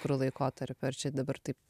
kuriu laikotarpiu ar čia dabar taip